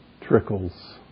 trickles